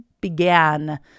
began